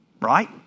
Right